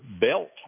belt